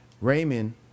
Raymond